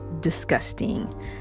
disgusting